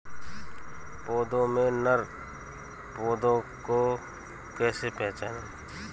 पौधों में नर पौधे को कैसे पहचानें?